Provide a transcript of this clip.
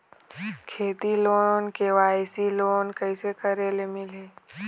खेती loan KYC loan कइसे करे ले मिलही?